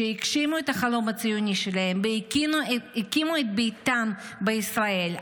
שהגשימו את החלום הציוני שלהם והקימו את ביתם בישראל,